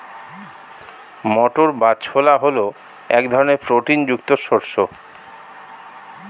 মটর বা ছোলা হল এক ধরনের প্রোটিন যুক্ত শস্য